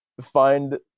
find